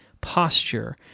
posture